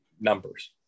numbers